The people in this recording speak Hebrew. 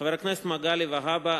חבר הכנסת מגלי והבה,